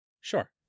Sure